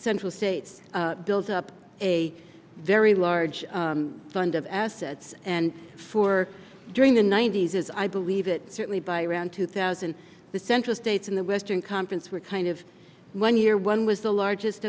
central states built up a very large fund of assets and for during the ninety's as i believe it certainly by around two thousand the central states in the western conference were kind of one year one was the largest